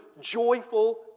joyful